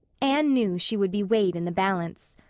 anne knew she would be weighed in the balance.